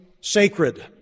sacred